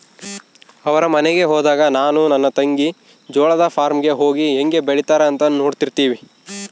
ಅವರ ಮನೆಗೆ ಹೋದಾಗ ನಾನು ನನ್ನ ತಂಗಿ ಜೋಳದ ಫಾರ್ಮ್ ಗೆ ಹೋಗಿ ಹೇಂಗೆ ಬೆಳೆತ್ತಾರ ಅಂತ ನೋಡ್ತಿರ್ತಿವಿ